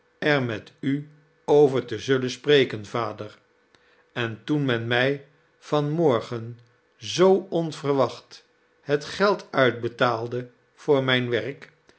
er met u over te zullen spreken vader en toen men mij van morgen zoo onverwaclit liet geld uitbetaalde voor mijn werk